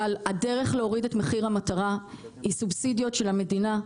הדרך להוריד את מחיר המטרה היא סובסידיה של המדינה.